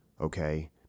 Okay